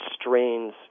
strains